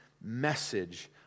message